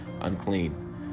unclean